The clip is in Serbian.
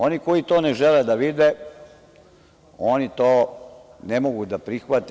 Oni koji to ne žele da vide, oni to ne mogu da prihvate.